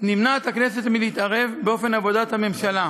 נמנעת הכנסת מלהתערב באופן עבודת הממשלה.